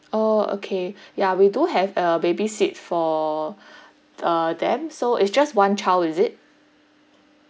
orh okay ya we do have a baby seat for t~ uh them so it's just one child is it